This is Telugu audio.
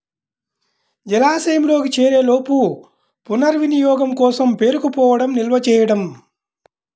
జలాశయంలోకి చేరేలోపు పునర్వినియోగం కోసం పేరుకుపోవడం నిల్వ చేయడం